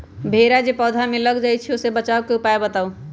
भेरा जे पौधा में लग जाइछई ओ से बचाबे के उपाय बताऊँ?